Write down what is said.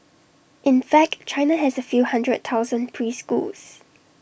in fact China has A few hundred thousand preschools